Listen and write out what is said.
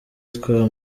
twa